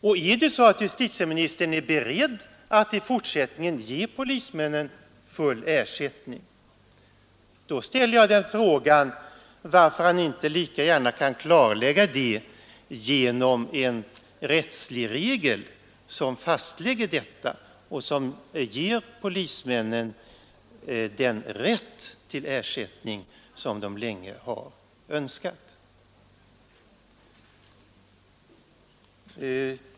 Och är justitieministern beredd att i fortsättningen ge polismännen full ersättning, då ställer jag frågan varför han inte lika gärna kan klarlägga det genom en rättslig regel, som fastslår detta och ger polismännen den rätt till ersättning som de länge har önskat.